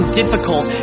difficult